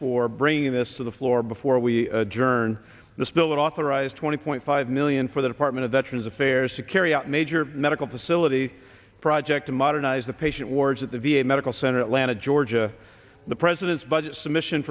for bringing this to the floor before we adjourn this bill that authorized twenty point five million for the department of veterans affairs to carry out major medical facility project to modernize the patient wards at the v a medical center in atlanta georgia the president's budget submission